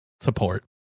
support